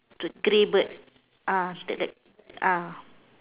the grey bird uh uh